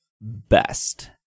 best